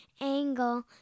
Angle